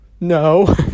No